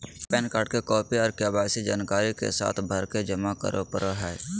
pan card के copy आर KYC जानकारी के साथ भरके जमा करो परय हय